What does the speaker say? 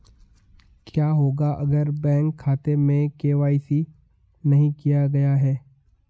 क्या होगा अगर बैंक खाते में के.वाई.सी नहीं किया गया है?